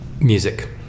Music